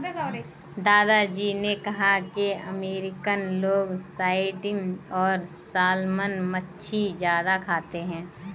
दादा जी ने कहा कि अमेरिकन लोग सार्डिन और सालमन मछली ज्यादा खाते हैं